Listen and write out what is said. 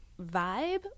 vibe